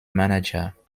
manager